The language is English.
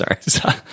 Sorry